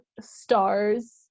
stars